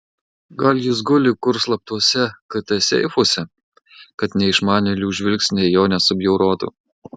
gal jis guli kur slaptuose kt seifuose kad neišmanėlių žvilgsniai jo nesubjaurotų